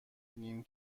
نیم